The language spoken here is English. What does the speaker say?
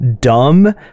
dumb